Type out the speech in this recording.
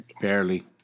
barely